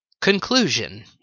Conclusion